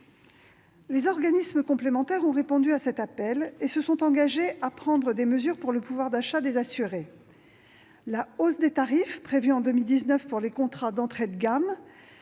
Les organismes complémentaires ont répondu à cet appel et se sont engagés à prendre des mesures pour le pouvoir d'achat des assurés : la hausse des tarifs prévue en 2019 pour les contrats d'entrée de gamme